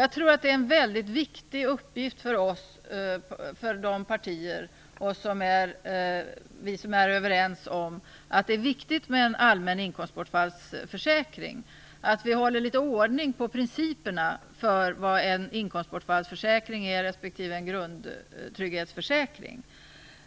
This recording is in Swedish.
Jag tror att det är en väldigt viktig uppgift för de partier som är överens om att det är viktigt med en allmän inkomstbortfallsförsäkring att hålla ordning på principerna för vad en inkomstbortfallsförsäkring respektive en grundtrygghetsförsäkring